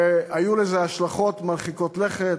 והיו לזה השלכות מרחיקות לכת.